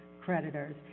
creditors